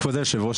כבוד יושב הראש,